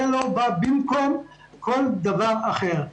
זה לא בא במקום כל דבר אחר.